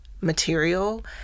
material